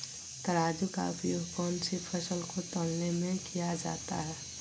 तराजू का उपयोग कौन सी फसल को तौलने में किया जाता है?